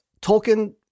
Tolkien